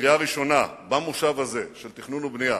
בקריאה הראשונה במושב הזה, של תכנון ובנייה,